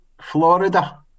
Florida